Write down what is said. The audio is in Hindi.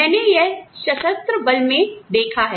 मैंने यह सशस्त्र बल में देखा है